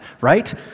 right